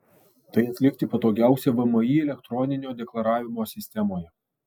tai atlikti patogiausia vmi elektroninio deklaravimo sistemoje